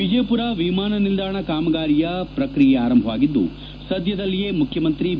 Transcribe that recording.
ವಿಜಯಪುರ ವಿಮಾನ ನಿಲ್ದಾಣ ಕಾಮಗಾರಿಯ ಪ್ರಕ್ರಿಯೆ ಆರಂಭವಾಗಿದ್ದು ಸದ್ಯದಲ್ಲಿಯೇ ಮುಖ್ಯಮಂತ್ರಿ ಬಿ